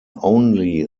only